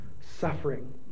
suffering